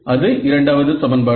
அது இரண்டாவது சமன்பாடு